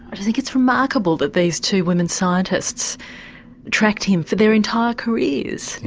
but like it's remarkable that these two women scientists tracked him for their entire careers.